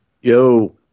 Yo